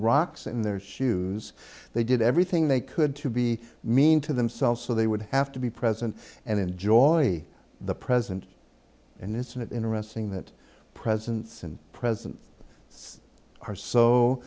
rocks in their shoes they did everything they could to be mean to themselves so they would have to be present and enjoy the present and it's an interesting that presence and present it's are so